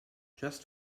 just